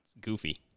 goofy